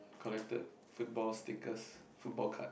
collected football stickers football card